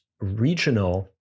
regional